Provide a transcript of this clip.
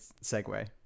segue